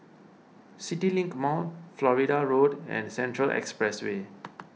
CityLink Mall Florida Road and Central Expressway